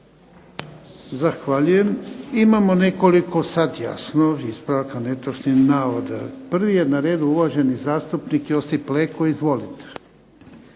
Zahvaljujem. Imamo nekoliko sad jasno ispravaka netočnih navoda. Prvi je na redu uvaženi zastupnik Josip Leko. Izvolite.